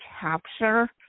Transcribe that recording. capture